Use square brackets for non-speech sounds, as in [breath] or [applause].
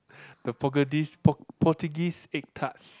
[breath] the potuges~ Portuguese egg tarts